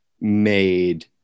made